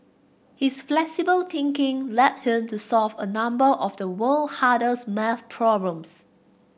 his flexible thinking led him to solve a number of the world hardest maths problems